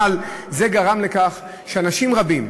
אבל זה גרם לכך שאנשים רבים